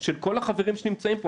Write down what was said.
של כל החברים שנמצאים פה,